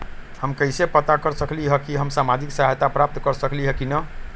हम कैसे पता कर सकली ह की हम सामाजिक सहायता प्राप्त कर सकली ह की न?